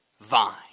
vine